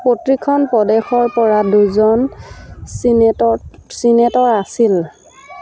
প্ৰতিখন প্ৰদেশৰ পৰা দুজন ছিনেটত ছিনেটৰ আছিল